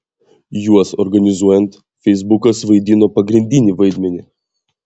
juos organizuojant feisbukas vaidino pagrindinį vaidmenį